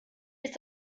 ist